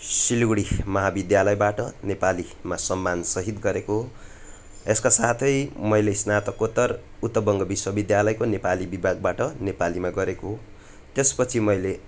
सिलगढी महाविद्यालयबाट नेपालीमा सम्मानसहित गरेको हो यसका साथै मैले स्नातकोत्तर उत्तर बङ्ग विश्वविद्यालयको नेपाली विभागबाट नेपालीमा गरेको हो त्यसपछि मैले